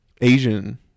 Asian